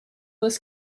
this